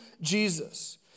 Jesus